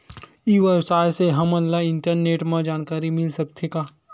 ई व्यवसाय से हमन ला इंटरनेट मा जानकारी मिल सकथे का?